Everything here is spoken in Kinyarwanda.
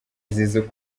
zizou